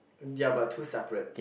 ya but two separate